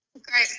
Great